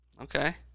Okay